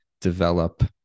develop